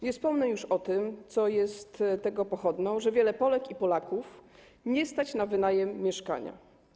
Nie wspomnę już o tym, co jest tego pochodną - wiele Polek i wielu Polaków nie stać na wynajem mieszkania.